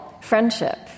friendship